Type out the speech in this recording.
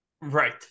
right